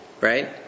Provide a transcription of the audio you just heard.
right